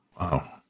wow